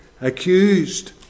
accused